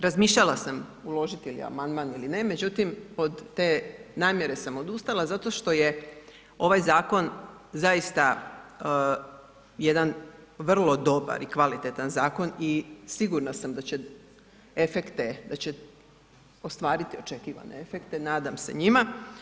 Razmišljala sam uložiti ili amandman ili ne, međutim od te namjere sam odustala zato što je ovaj zakon zaista jedan vrlo dobar i kvalitetan zakon i sigurna sam da će efekte, da će ostvariti očekivane efekte, nadam se njima.